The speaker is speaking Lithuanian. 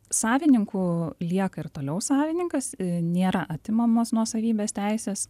savininku lieka ir toliau savininkas nėra atimamos nuosavybės teisės